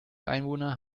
einwohner